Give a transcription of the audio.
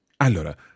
Allora